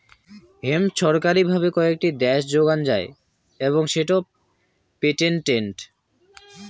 hemp ছরকারি ভাবে কয়েকটি দ্যাশে যোগান যাই এবং সেটো পেটেন্টেড